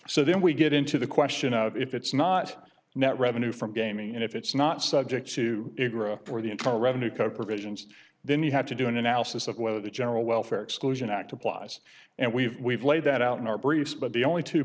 so then we get into the question of if it's not net revenue from gaming and if it's not subject to growth for the internal revenue code provisions then you have to do an analysis of whether the general welfare exclusion act applies and we've we've laid that out in our briefs but the only two